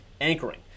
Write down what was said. anchoring